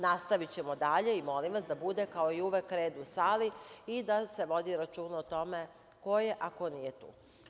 Nastavićemo dalje i molim vas da bude kao i uvek red u sali i da se vodi računa o tome ko je, a ko nije tu.